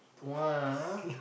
!wah!